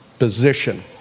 position